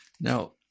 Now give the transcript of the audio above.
Now